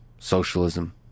Socialism